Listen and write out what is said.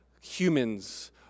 humans